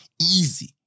easy